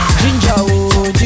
ginger